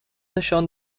نشان